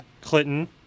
Clinton